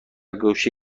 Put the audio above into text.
گوشه